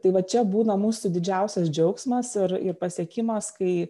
tai va čia būna mūsų didžiausias džiaugsmas ir ir pasiekimas kai